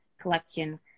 collection